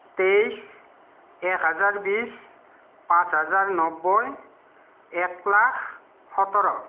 তেইছ এক হাজাৰ বিছ পাঁচ হাজাৰ নব্বৈ একলাখ সোতৰ